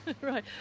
Right